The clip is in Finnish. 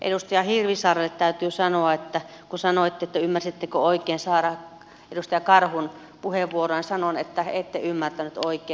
edustaja hirvisaarelle täytyy sanoa kun sanoitte että ymmärsittekö oikein edustaja karhun puheenvuoroa että ette ymmärtänyt oikein